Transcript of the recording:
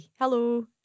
Hello